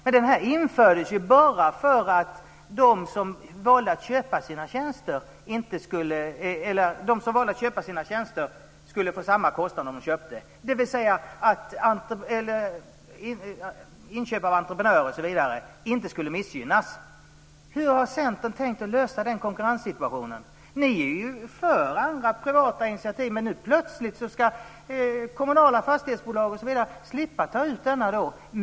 Men detta infördes ju bara för att de som valde att köpa sina tjänster skulle få samma kostnader, dvs. att inköp av entreprenör inte skulle missgynnas. Hur har Centern tänkt lösa den konkurrenssituationen? Ni är ju för andra privata initiativ. Men nu plötsligt ska kommunala fastighetsbolag m.fl. slippa ta ut denna skatt.